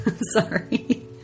sorry